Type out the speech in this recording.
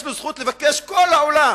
יש לו זכות לבקש כל העולם,